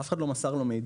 אף אחד לא מסר לו מידע.